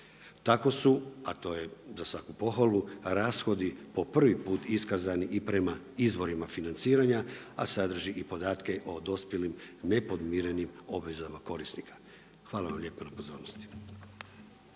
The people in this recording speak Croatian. Tako su, a to je za svaku pohvalu rashodi po prvi put iskazani i prema izvorima financiranja, a sadrži i podatke o dospjelim nepodmirenim obvezama korisnika. Hvala vam lijepa na pozornosti.